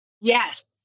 yes